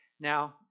Now